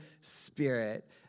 Spirit